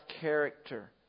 character